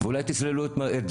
אתם תקבלו תעודת הצטיינות,